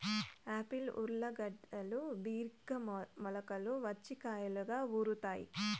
Apple ఊర్లగడ్డలు బిరిగ్గా మొలకలు వచ్చి కాయలుగా ఊరుతాయి